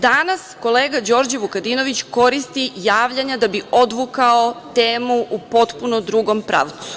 Danas kolega Đorđe Vukadinović koristi javljanja da bi odvukao temu u potpuno drugom pravcu.